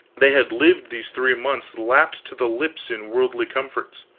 they had lived these three months lapped to the lips in worldly comforts.